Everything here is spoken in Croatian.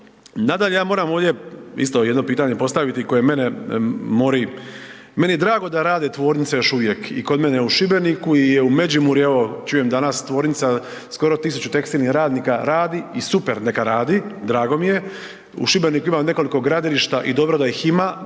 Nadalje, ja moram ovdje isto jedno pitanje postaviti koje mene mori, meni je drago da rade tvornice još uvijek i kod mene u Šibeniku i Međimurje evo čujem danas tvornica skoro 1.000 tekstilnih radnika radi i super neka radi, drago mi je. U Šibeniku ima nekoliko gradilišta i dobro da ih ima,